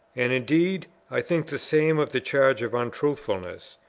and indeed i think the same of the charge of untruthfulness,